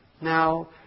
Now